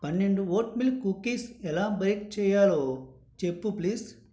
పన్నెండు oatmeal cookies ఎలా bake చెయ్యాలో చెప్పు ప్లీజ్